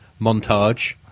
montage